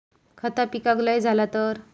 खता पिकाक लय झाला तर?